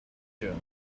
jones